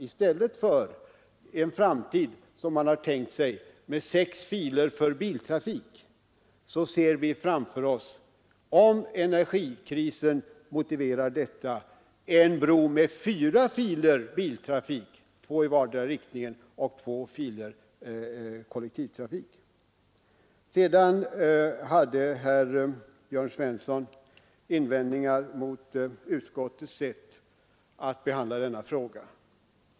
I stället för sex filer för biltrafik ser vi framför oss, om energikrisen motiverar detta, en bro med fyra filer för biltrafik — två i vardera riktningen — och två filer för kollektiv trafik. Herr Svensson i Malmö hade invändningar att göra mot utskottets sätt att behandla denna fråga.